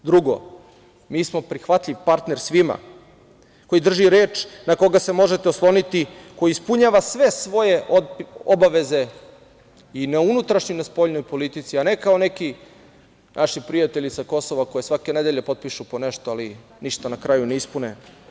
Drugo, mi smo prihvatljiv partner svima, koji drži reč, na koga se možete osloniti, koji ispunjava sve svoje obaveze i na unutrašnjoj i na spoljnoj politici, a ne kao neki naši prijatelji sa Kosova koji svake nedelje potpišu po nešto, ali ništa na kraju ne ispune.